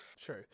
true